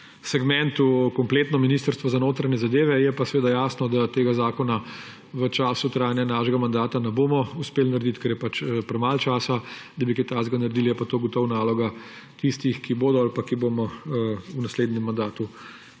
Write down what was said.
segmentu kompletno Ministrstvo za notranje zadeve. Je pa seveda jasno, da tega zakona v času trajanja našega mandata ne bomo uspeli narediti, ker je pač premalo časa, da bi kaj takega naredili. Je pa to gotovo naloga tistih, ki bodo ali pa ki bomo v naslednjem mandatu imeli